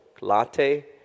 latte